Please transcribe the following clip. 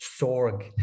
Sorg